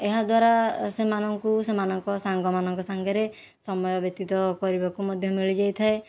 ଏହାଦ୍ୱାରା ସେମାନଙ୍କୁ ସେମାନଙ୍କ ସାଙ୍ଗମାନଙ୍କ ସାଙ୍ଗରେ ସମୟ ବ୍ୟତୀତ କରିବାକୁ ମଧ୍ୟ ମିଳି ଯାଇଥାଏ